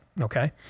okay